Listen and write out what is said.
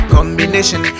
Combination